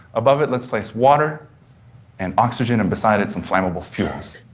above it, let's place water and oxygen, and beside it, some flammable fuels.